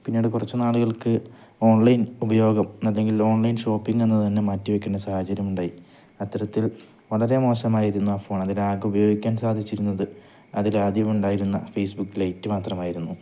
പിന്നീട് കുറച്ചു നാളുകൾക്ക് ഓൺലൈൻ ഉപയോഗം അല്ലെങ്കിൽ ഓൺലൈൻ ഷോപ്പിങ്ങെന്നതു തന്നെ മാറ്റിവയ്ക്കേണ്ട സാഹചര്യം ഉണ്ടായി അത്തരത്തിൽ വളരെ മോശമായിരുന്നു ആ ഫോൺ അതിലാകെ ഉപയോഗിക്കാൻ സാധിച്ചിരുന്നത് അതിലാദ്യമേ ഉണ്ടായിരുന്ന ഫേസ്ബുക്ക് ലൈറ്റ് മാത്രമായിരുന്നു